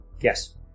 Yes